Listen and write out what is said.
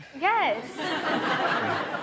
Yes